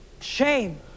shame